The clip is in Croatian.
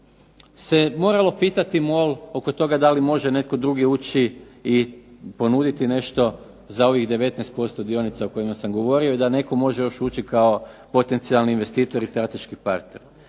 se moralo pitati MOL oko toga da li može netko drugi ući i ponuditi nešto za ovih 19% dionica o kojima sam govorio i da netko može još ući kao potencijalni investitor i strateški partner.